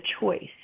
choice